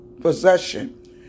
possession